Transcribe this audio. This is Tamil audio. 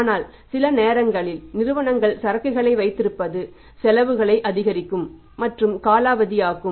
ஆனால் சில நேரங்களில் நிறுவனங்கள் சரக்குகளை வைத்திருப்பது செலவுகள் அதிகரிக்கும் மற்றும் காலாவதியாகும்